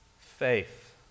faith